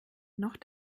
noch